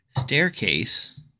staircase